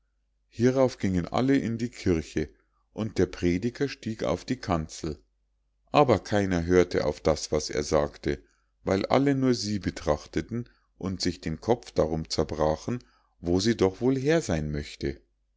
hierauf gingen alle in die kirche und der prediger stieg auf die kanzel aber keiner hörte auf das was er sagte weil alle nur sie betrachteten und sich den kopf darum zerbrachen wo sie doch wohl her sein möchte